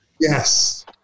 Yes